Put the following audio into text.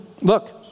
Look